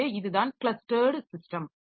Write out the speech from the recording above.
எனவே இதுதான் clustered system